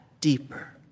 deeper